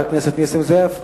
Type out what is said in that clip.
חבר הכנסת נסים זאב.